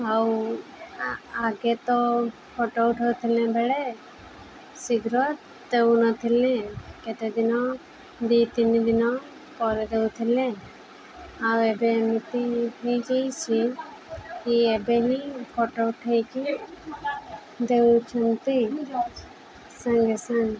ଆଉ ଆଗେ ତ ଫଟୋ ଉଠାଉଥିଲେ ବେଳେ ଶୀଘ୍ର ଦେଉନଥିଲେ କେତେ ଦିନ ଦୁଇ ତିନି ଦିନ ପରେ ଦେଉଥିଲେ ଆଉ ଏବେ ଏମିତି ହେଇଯାଇଛି କି ଏବେ ହିଁ ଫଟୋ ଉଠାଇକି ଦେଉଛନ୍ତି ସାଙ୍ଗେ ସାଙ୍ଗେ